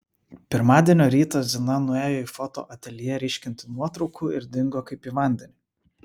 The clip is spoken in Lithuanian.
pirmadienio rytą zina nuėjo į foto ateljė ryškinti nuotraukų ir dingo kaip į vandenį